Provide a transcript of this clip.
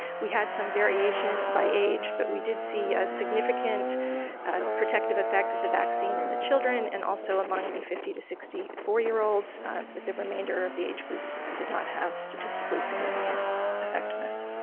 we had some variation by age, but we did see a significant protective affect of the vaccine in the children and also among the fifty to sixty four-year-olds, but the remainder of the age groups did not have statistically significant effectiveness.